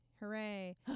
Hooray